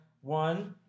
One